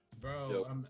Bro